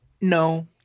no